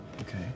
Okay